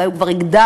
אולי הוא כבר יגדל,